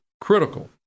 critical